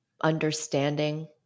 understanding